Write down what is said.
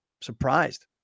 surprised